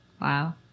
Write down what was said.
Wow